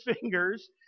fingers